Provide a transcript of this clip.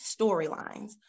storylines